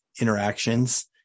interactions